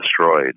destroyed